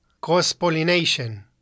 cross-pollination